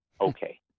Okay